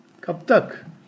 Kaptak